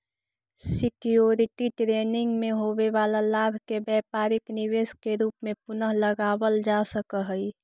security trading में होवे वाला लाभ के व्यापारिक निवेश के रूप में पुनः लगावल जा सकऽ हई